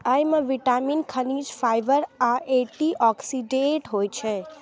अय मे विटामिन, खनिज, फाइबर आ एंटी ऑक्सीडेंट होइ छै